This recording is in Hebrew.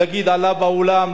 להגיד: עלה בעולם,